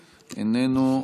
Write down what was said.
איננו,